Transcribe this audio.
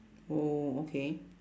oh okay